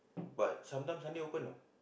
but sometimes Sunday open know